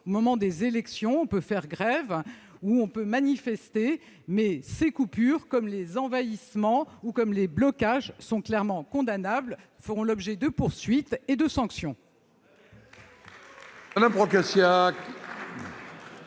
au moment des élections. On peut faire grève ou manifester, mais ces coupures, comme les envahissements ou les blocages, sont clairement condamnables et feront l'objet de poursuites et de sanctions.